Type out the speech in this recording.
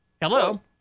Hello